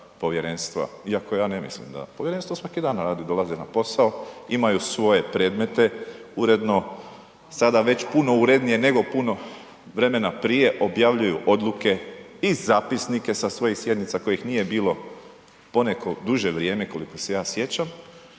povjerenstva, iako ja ne mislim da, povjerenstvo svaki dan radi, dolaze na posao, imaju svoje predmete, uredno, sada već puno urednije nego puno vremena prije objavljuju odluke i zapisnike sa svojih sjednica kojih nije bilo poneko duže vrijeme koliko se ja sjećam